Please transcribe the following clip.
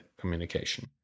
communication